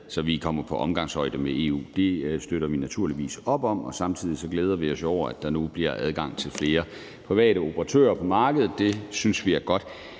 så vi kommer på omgangshøjde med EU. Det støtter vi naturligvis op om. Samtidig glæder vi os jo over, at der nu bliver adgang til flere private operatører på markedet. Det synes vi er godt.